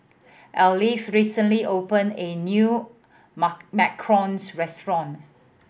Arleth recently open a new macarons restaurant